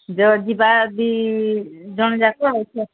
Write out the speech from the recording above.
ଯେଉଁ ଯିବା ଦୁଇ ଜଣ ଯାକ ଆଉ